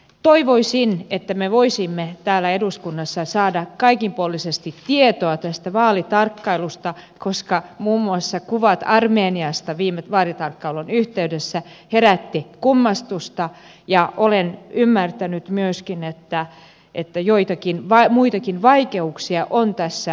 toivoisin että me voisimme täällä eduskunnassa saada kaikenpuolisesti tietoa tästä vaalitarkkailusta koska muun muassa kuvat armeniasta viime vaalitarkkailun yhteydessä herättivät kummastusta ja olen ymmärtänyt myöskin että joitakin muitakin vaikeuksia on tässä kokonaisuudessa